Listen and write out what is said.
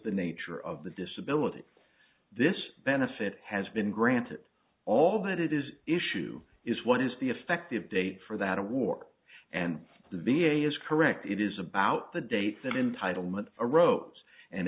the nature of the disability this benefit has been granted all that it is issue is what is the effective date for that a war and the v a is correct it is about the date that entitlement arose and